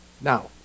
Now